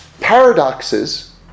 paradoxes